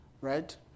Right